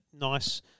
nice